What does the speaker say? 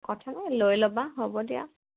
কথা নাই লৈ ল'বা হ'ব দিয়া